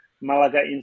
Malaga